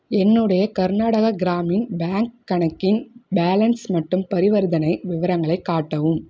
என்னுடைய கர்நாடகா கிராமின் பேங்க் கணக்கின் பேலன்ஸ் மற்றும் பரிவர்த்தனை விவரங்களை காட்டவும்